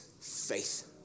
faith